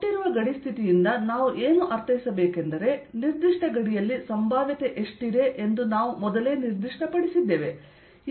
ಕೊಟ್ಟಿರುವ ಗಡಿ ಸ್ಥಿತಿಯಿಂದ ನಾವು ಏನು ಅರ್ಥೈಸಬೇಕೆಂದರೆ "ನಿರ್ದಿಷ್ಟ ಗಡಿಯಲ್ಲಿ ಸಂಭಾವ್ಯತೆ ಎಷ್ಟಿದೆ ಎಂದು ನಾವು ಮೊದಲೇ ನಿರ್ದಿಷ್ಟಪಡಿಸಿದ್ದೇವೆ"